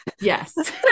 Yes